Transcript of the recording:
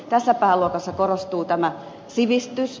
tässä pääluokassa korostuu tämä sivistys